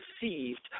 deceived